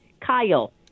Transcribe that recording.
Kyle